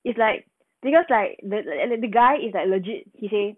it's like because like the err err the guy is like legit he said